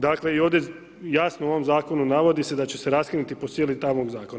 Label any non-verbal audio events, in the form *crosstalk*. Dakle i ovdje jasno u ovom zakonu navodi se da će se raskinuti po sili ... *unintelligible* zakona.